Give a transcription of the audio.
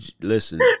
listen